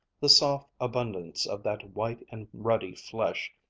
the soft abundance of that white and ruddy flesh,